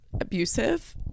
abusive